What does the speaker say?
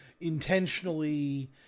intentionally